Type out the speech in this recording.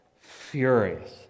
furious